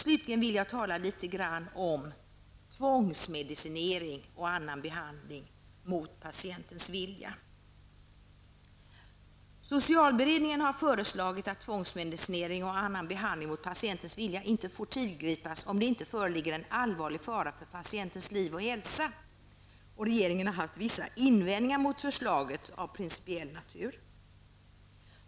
Slutligen vill jag tala om tvångsmedicinering och annan behandling mot patientens vilja. Socialberedningen föreslog att tvångsmedicinering och annan behandling mot patientens vilja inte får tillgripas om det inte föreligger en allvarlig fara för patientens liv och hälsa. Regeringen har haft vissa invändningar mot förslaget av principiell natur.